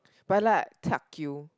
but I like tuck you